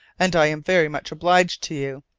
and i am very much obliged to you.